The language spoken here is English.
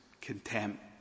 contempt